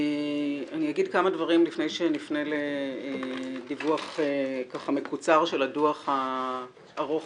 לפני שנפנה לדיווח מקוצר של הדוח הארוך